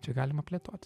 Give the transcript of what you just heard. čia galima plėtoti